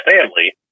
family